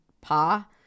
pa